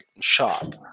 shop